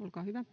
olkaa hyvä.